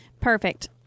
Perfect